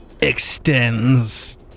extends